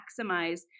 maximize